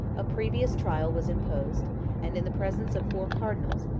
a previous trial was imposed and, in the presence of four cardinals,